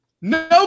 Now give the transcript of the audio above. No